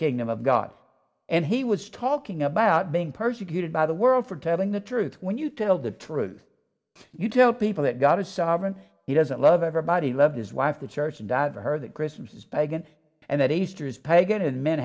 kingdom of god and he was talking about being persecuted by the world for telling the truth when you tell the truth you tell people that god is sovereign he doesn't love everybody loves his wife to church and that her that christmas is pagan and that easter is pagan and men